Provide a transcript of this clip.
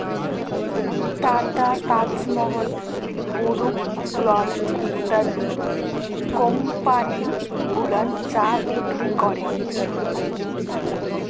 tata, Taj Mahal, Brooke Bond ইত্যাদি company গুলান চা বিক্রি ক্যরে